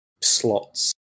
slots